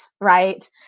right